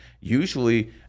usually